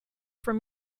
from